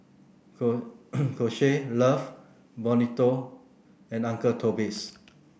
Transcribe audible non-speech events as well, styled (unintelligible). (unintelligible) Kose Love Bonito and Uncle Toby's